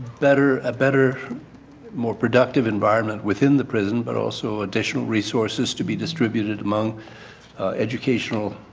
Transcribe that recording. better better more productive environment within the prison but also additional resources to be distributed among educational